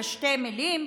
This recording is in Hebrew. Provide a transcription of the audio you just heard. יש שתי מילים,